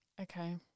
okay